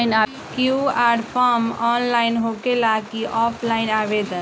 QR form online होकेला कि offline आवेदन?